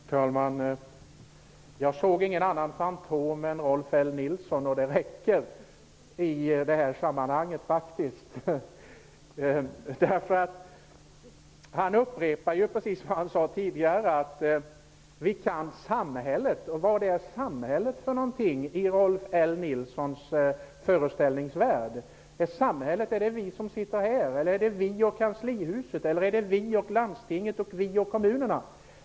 Herr talman! Jag såg ingen annan fantom än Rolf L Nilson, och det räcker i det här sammanhanget. Han upprepar precis det han sade tidigare, nämligen att han kan samhället. Vad är samhället i Rolf L Nilsons föreställningsvärld? Samhället är det vi som sitter här? Är det vi och kanslihuset, vi och landstinget eller vi och kommunerna?